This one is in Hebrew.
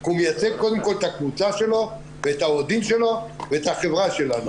הוא מייצג קודם כל את הקבוצה שלו ואת האוהדים שלו ואת החברה שלנו.